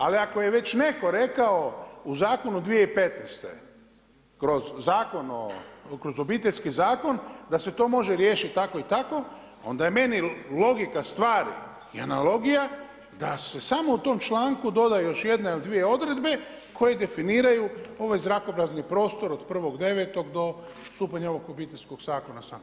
Ali ako je već netko rekao u zakonu 2015. kroz Obiteljski zakon da se to može riješiti tako i tako, onda je meni logika stvari i analogija da se samo u tom članku doda još jedna ili dvije odredbe koje definiraju ovaj zrakoprazni prostor od 1. 9. do stupanja ovog Obiteljskog zakona samog.